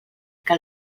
que